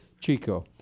Chico